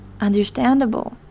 understandable